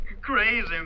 Crazy